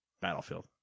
Battlefield